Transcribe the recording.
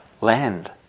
land